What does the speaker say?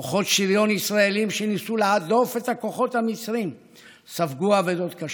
כוחות שריון ישראליים שניסו להדוף את הכוחות המצריים ספגו אבדות קשות.